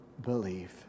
believe